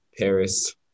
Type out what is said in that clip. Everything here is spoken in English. Paris